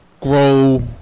grow